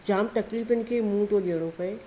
जाम तकलीफ़ियुनि खे मुंहं थो ॾियणो पए